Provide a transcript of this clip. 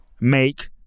make